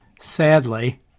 Sadly